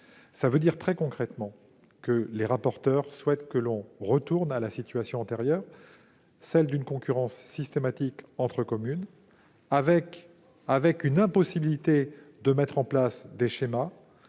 d'activité économique : les rapporteurs souhaitent que l'on en revienne à la situation antérieure, celle d'une concurrence systématique entre communes, avec l'impossibilité de mettre en place des schémas